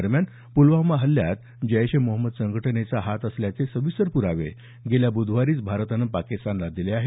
दरम्यान पुलवामा हल्ल्यात जैश ए मोहम्मद संघटनेचा हात असल्याचे सविस्तर पुरावे गेल्या ब्धवारीच भारतानं पाकिस्तानला दिले आहेत